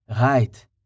Right